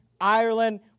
Ireland